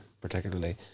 particularly